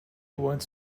wants